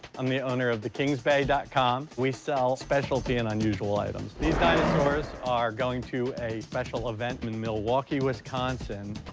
i'm the owner of thekingsbay com. we sell specialty and unusual items. these dinosaurs are going to a special event in milwaukee, wisconsin.